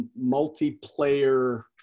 multiplayer